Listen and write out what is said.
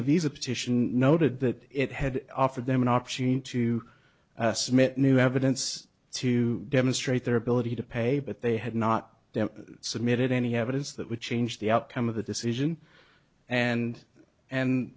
the visa petition noted that it had offered them an option to submit new evidence to demonstrate their ability to pay but they had not submitted any evidence that would change the outcome of the decision and and